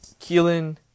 Keelan